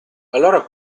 allora